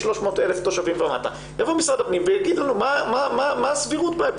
תושבים ומעלה או מ-300,000 תושבים ומטה.